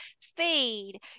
Feed